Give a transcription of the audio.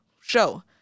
show